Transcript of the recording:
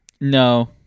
no